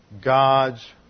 God's